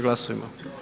Glasujmo.